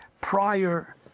prior